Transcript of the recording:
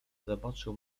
zobaczył